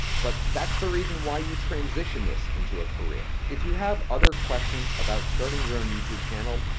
but that's the reason why you transition this into a career. if you have other questions about starting your own youtube channel,